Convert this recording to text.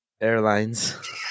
airlines